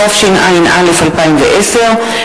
התשע"א 2010,